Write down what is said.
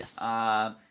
Yes